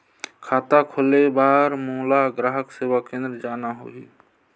खाता खोले बार मोला ग्राहक सेवा केंद्र जाना होही?